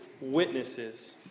witnesses